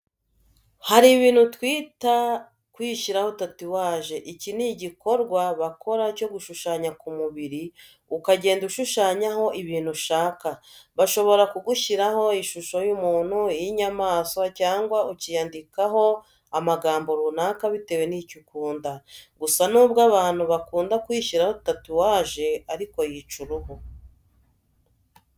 Hari ibintu twita kwishyiraho tatuwaje. Iki ni igikorwa bakora cyo gushushanya ku mubiri, ukagenda ushushanyaho ibintu ushaka. Bashobora kugushyiraho ishusho y'umuntu, iy'inyamaswa cyangwa ukiyandikaho amagambo runaka bitewe n'icyo ukunda. Gusa nubwo abantu bakunda kwishyiraho tatuwaje ariko yica uruhu.